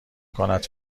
کند